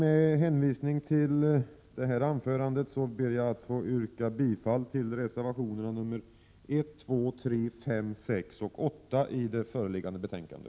Med hänvisning till det anförda ber jag att få yrka bifall till reservationerna 1, 2, 3, 5, 6 och 8 vid föreliggande betänkande.